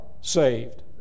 saved